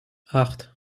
acht